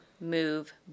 move